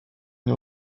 une